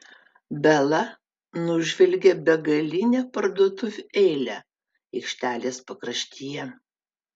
bela nužvelgė begalinę parduotuvių eilę aikštelės pakraštyje